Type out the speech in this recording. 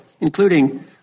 including